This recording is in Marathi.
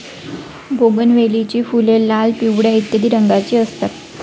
बोगनवेलीची फुले लाल, पिवळ्या इत्यादी रंगांची असतात